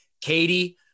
katie